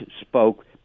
spoke